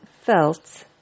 felt